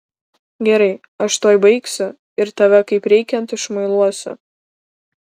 gerai aš tuoj baigsiu ir tave kaip reikiant išmuiluosiu